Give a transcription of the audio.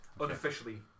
Unofficially